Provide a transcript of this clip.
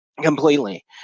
completely